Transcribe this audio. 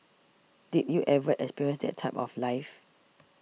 did you ever experience that type of life